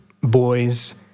boys